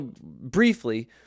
Briefly